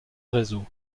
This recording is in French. réseau